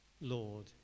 Lord